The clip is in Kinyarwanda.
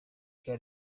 bwa